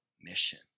mission